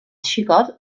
xicot